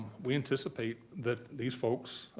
we anticipate that these folks,